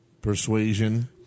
persuasion